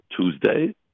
Tuesday